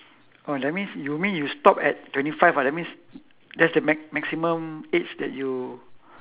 oh that means you mean you stop at twenty five ah that means that's the max~ maximum age that you